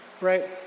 Right